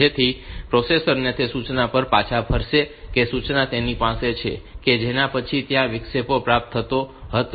જેથી પ્રોસેસર તે સૂચના પર પાછા ફરશે કે જે સૂચના તેની પાસે છે કે જેના પછી ત્યાં વિક્ષેપ પ્રાપ્ત થયો હતો